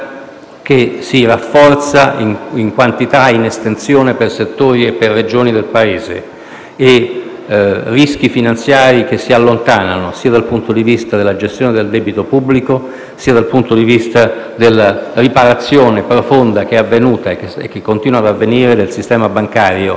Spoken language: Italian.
si rafforza in quantità e in estensione per settori e Regioni del Paese e i rischi finanziari si allontanano dal punto di vista sia della gestione del debito pubblico che della riparazione profonda avvenuta e che continua ad avvenire nel sistema bancario,